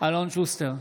אלון שוסטר,